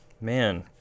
Man